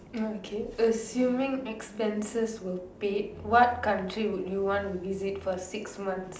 okay assuming expenses were paid what country would you want to visit for six months